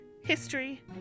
history